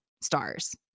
stars